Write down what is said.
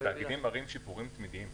התאגידים מראים שיפורים תמידיים.